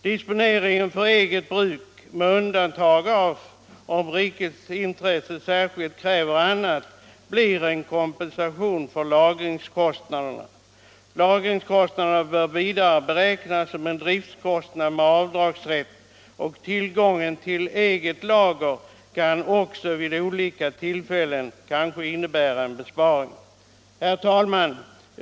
Disponering för eget bruk; med undantag för situationer då rikets intresse särskilt kräver annat, blir en kompensation för lagringskostnaderna. Vidare bör lagringskostnaderna beräknas som driftkostnader med avdragsrätt, och tillgången till eget lager kan kanske också vid olika tillfällen innebära en besparing. Herr talman!